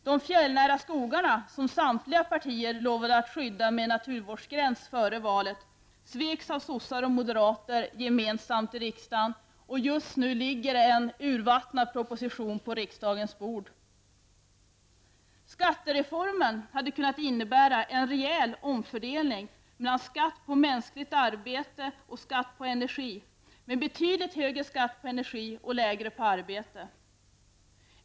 De fjällnära skogarna, som samtliga partier före valet lovade att skydda med en naturvårdsgräns, sveks av sossar och moderater gemensamt i riskdagen. Just nu ligger en urvattnad proposition på riksdagens bord. Skattereformen hade kunnat innebära en rejäl omfördelning mellan skatt på mänskligt arbete och skatt på energi, med betydligt högre skatt på energi och lägre på arbete.